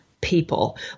people